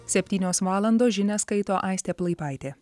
septynios valandos žinias skaito aistė plaipaitė